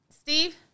Steve